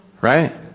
Right